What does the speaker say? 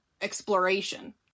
exploration